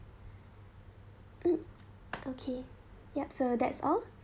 mm okay yup so that's all